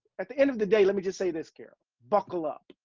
at the end of the day, let me just say this carol, buckle up.